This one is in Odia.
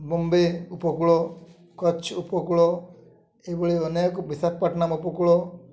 ବମ୍ବେ ଉପକୂଳ କଚ୍ଛ ଉପକୂଳ ଏଇଭଳି ଅନେକ ବିଶାଖପାଟନାମ ଉପକୂଳ